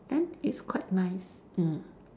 then it's quite nice mm